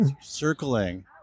circling